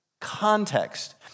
context